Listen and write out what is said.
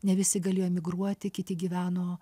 ne visi galėjo migruoti kiti gyveno